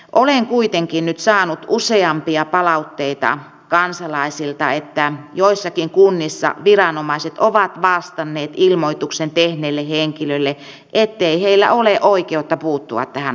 olen kuitenkin nyt saanut useampia palautteita kansalaisilta että joissakin kunnissa viranomaiset ovat vastanneet ilmoituksen tehneelle henkilölle ettei heillä ole oikeutta puuttua tähän asiaan